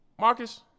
Marcus